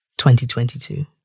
2022